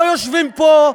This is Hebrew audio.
לא יושבים פה,